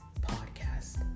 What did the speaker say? Podcast